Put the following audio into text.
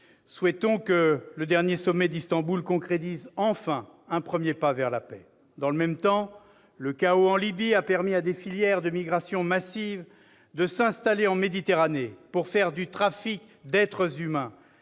Souhaitons que le dernier sommet d'Istanbul concrétise enfin un premier pas vers la paix. Dans le même temps, le chaos en Libye a permis à des filières de migration massive de s'installer en Méditerranée, pour faire du trafic d'êtres humains,